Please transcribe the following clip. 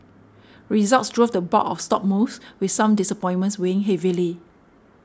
results drove the bulk of stock moves with some disappointments weighing heavily